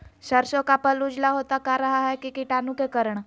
सरसो का पल उजला होता का रहा है की कीटाणु के करण?